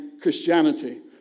Christianity